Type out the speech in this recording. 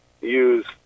use